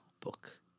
book